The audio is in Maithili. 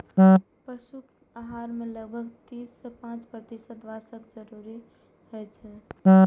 पशुक आहार मे लगभग तीन सं पांच प्रतिशत वसाक जरूरत होइ छै